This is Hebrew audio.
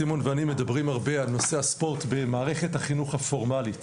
סימון ואני מדברים הרבה על נושא הספורט במערכת החינוך הפורמלית.